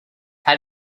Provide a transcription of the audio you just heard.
how